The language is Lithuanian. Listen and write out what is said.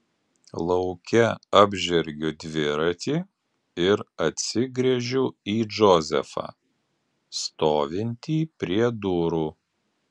lauke apžergiu dviratį ir atsigręžiu į džozefą stovintį prie durų